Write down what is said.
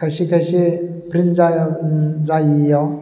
खायसे खायसे प्रिन्ट जायियाव